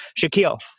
Shaquille